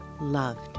loved